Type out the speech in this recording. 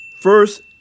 First